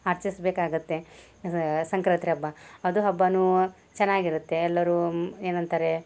ಆಚರ್ಸ್ಬೇಕಾಗುತ್ತೆ ಇದು ಸಂಕ್ರಾತಿ ಹಬ್ಬ ಅದು ಹಬ್ಬವೂ ಚೆನ್ನಾಗಿ ಇರುತ್ತೆ ಎಲ್ಲರೂ ಏನಂತಾರೆ